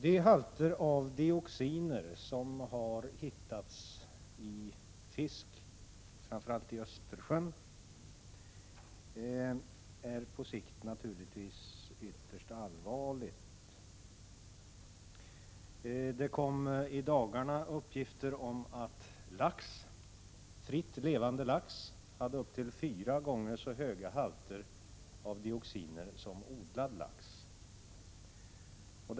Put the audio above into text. De halter av dioxiner som har hittats i fisk, framför allt i Östersjön, är på sikt naturligtvis ett ytterst allvarligt problem. Det kom häromdagen uppgifter om att fritt levande lax har upp till fyra gånger så höga halter av dioxiner som odlad lax.